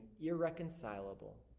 irreconcilable